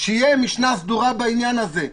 שתהיה משנה סדורה בעניין הזה.